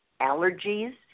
allergies